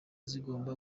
zigomba